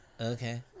okay